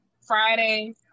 Friday